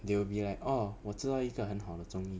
they will be like orh 我知道一个很好的中医